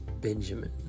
Benjamin